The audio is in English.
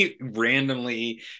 randomly